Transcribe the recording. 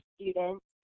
students